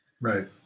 Right